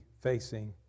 facing